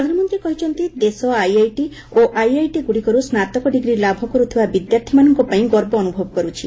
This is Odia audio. ପ୍ରଧାନମନ୍ତ୍ରୀ କହିଛନ୍ତି ଦେଶ ଆଇଆଇଟି ଓ ଆଇଆଇଟି ଗୁଡ଼ିକରୁ ସ୍ନାତକ ଡିଗ୍ରୀ ଲାଭ କରୁଥିବା ବିଦ୍ୟାର୍ଥୀମାନଙ୍କ ପାଇଁ ଗର୍ବ ଅନୁଭବ କରୁଛି